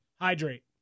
Hydrate